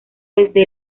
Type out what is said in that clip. desde